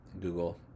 Google